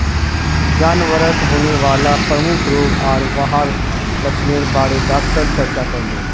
जानवरत होने वाला प्रमुख रोग आर वहार लक्षनेर बारे डॉक्टर चर्चा करले